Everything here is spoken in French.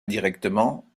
indirectement